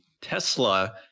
Tesla